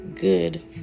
good